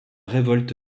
révolte